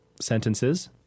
sentences